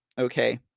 okay